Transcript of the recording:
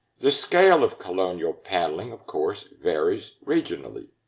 the scale of colonial paneling of course varies regionally.